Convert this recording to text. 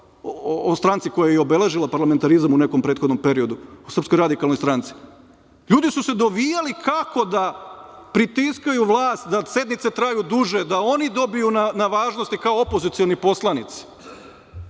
o stranci koja je obeležila parlamentarizam u nekom prethodnom periodu – SRS. Ljudi su se dovijali kako da pritiskaju vlast, da sednice traju duže, da oni dobiju na važnosti kao opozicioni poslanici,